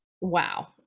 wow